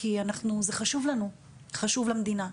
כי זה חשוב לנו וחשוב למדינה.